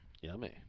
Yummy